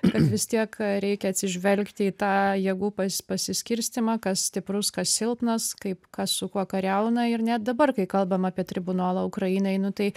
kad vis tiek reikia atsižvelgti į tą jėgų pa pasiskirstymą kas stiprus kas silpnas kaip kas su kuo kariauna ir net dabar kai kalbam apie tribunolą ukrainai nu tai